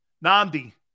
Nandi